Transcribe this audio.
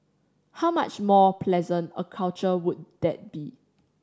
how much more pleasant a culture would that be